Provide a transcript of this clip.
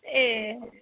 ए